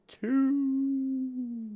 two